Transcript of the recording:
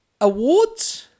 awards